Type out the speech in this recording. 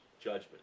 judgment